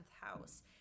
house